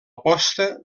posta